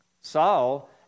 Saul